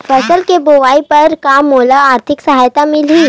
फसल के बोआई बर का मोला आर्थिक सहायता मिलही?